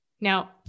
Now